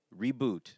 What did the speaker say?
reboot